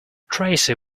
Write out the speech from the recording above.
tracey